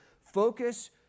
focus